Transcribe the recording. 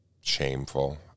shameful